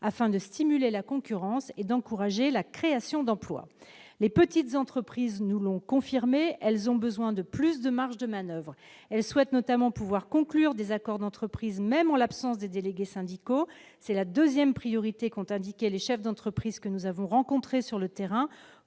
afin de stimuler la concurrence et d'encourager la création d'emplois. Les petites entreprises nous le confirment : elles ont besoin de plus de marges de manoeuvre. Elles souhaitent notamment pouvoir conclure des accords d'entreprise, même en l'absence des délégués syndicaux : c'est la deuxième priorité mise en avant par les chefs d'entreprise que nous avons rencontrés sur le terrain,